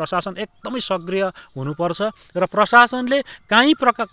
प्रशासन एकदमै सक्रिय हुनुपर्छ र प्रशासनले कहीँ प्रका